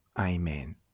Amen